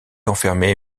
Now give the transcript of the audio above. enfermé